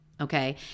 okay